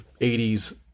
80s